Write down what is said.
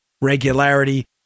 regularity